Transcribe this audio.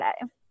today